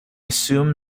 assume